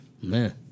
Man